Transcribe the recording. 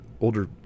older